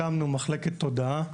הקמנו מחלקת תודעה,